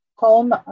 home